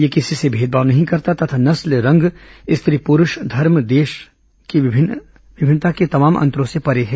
यह किसी से भेदभाव नहीं करता तथा नस्ल रंग स्त्री पुरुष धर्म और देश की विभिन्नता के तमाम अंतरों से परे है